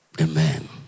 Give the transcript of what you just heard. Amen